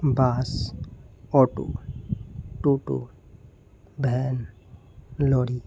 বাস auto টোটো van lorry